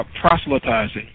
proselytizing